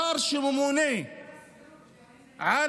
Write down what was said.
שר שממונה על